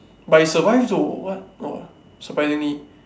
but he survived though what !wah! surprisingly